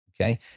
Okay